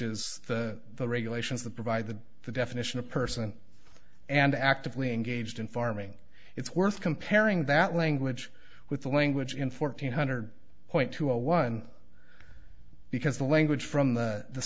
is the regulations that provide the the definition of person and actively engaged in farming it's worth comparing that language with the language in fourteen hundred point to a one because the language from